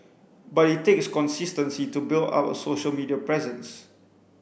but it takes consistency to build up a social media presence